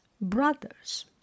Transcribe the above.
brothers